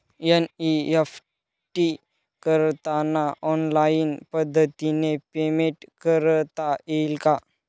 NEFT करताना online पद्धतीने payment करता येते का?